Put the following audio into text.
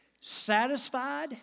satisfied